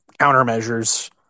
countermeasures